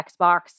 Xbox